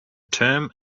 term